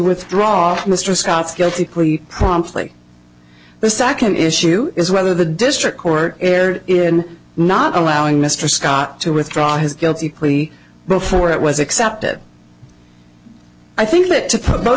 withdraw mr scott's guilty cui promptly the second issue is whether the district court erred in not allowing mr scott to withdraw his guilty plea before it was accepted i think that